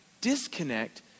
disconnect